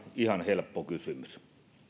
ihan helppo kysymys